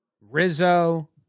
Rizzo